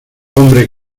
hombre